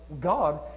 God